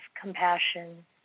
compassion